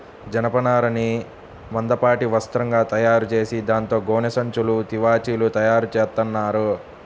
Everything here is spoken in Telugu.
జనపనారని మందపాటి వస్త్రంగా తయారుచేసి దాంతో గోనె సంచులు, తివాచీలు తయారుచేత్తన్నారు